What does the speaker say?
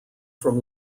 from